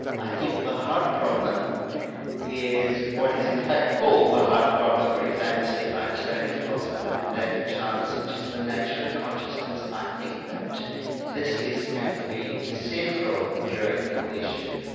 i think the hard problem is what is in fact called the hard problem very famously by an australian philosopher, david chalmers, which is the nature of consciousness. i think that this is going to be the central neuroethical issue.